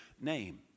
name